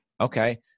Okay